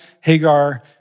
Hagar